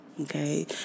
Okay